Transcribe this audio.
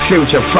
Future